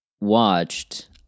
watched